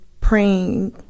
praying